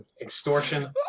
extortion